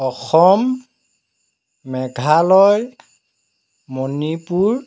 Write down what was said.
Assam Meghalaya Manipur